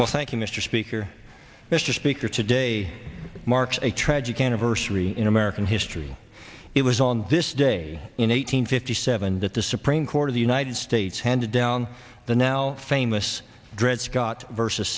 well thank you mr speaker mr speaker today marks a tragic anniversary in american history it was on this day in eight hundred fifty seven that the supreme court of the united states handed down the now famous dred scott versus